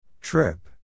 Trip